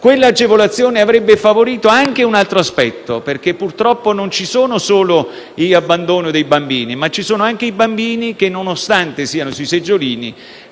Quell'agevolazione avrebbe favorito anche un altro aspetto, perché purtroppo non c'è solo il rischio di abbandono dei bambini, ma ci sono anche i bambini che, nonostante siano sui seggiolini,